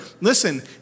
listen